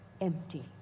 empty